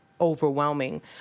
overwhelming